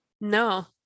no